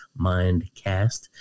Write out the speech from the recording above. Mindcast